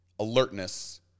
alertness